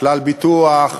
"כלל ביטוח",